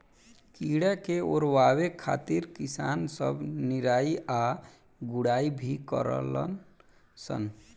कीड़ा के ओरवावे खातिर किसान सब निराई आ गुड़ाई भी करलन सन